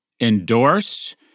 endorsed